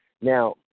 Now